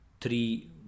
three